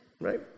Right